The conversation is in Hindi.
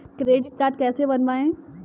क्रेडिट कार्ड कैसे बनवाएँ?